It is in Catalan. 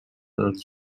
els